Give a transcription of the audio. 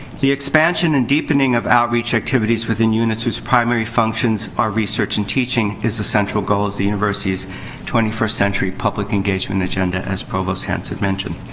the expansion and deepening of outreach activities within units whose primary functions are research and teaching is the central goal as the university's twenty first century public engagement agenda, as provost hanson mentioned.